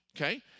okay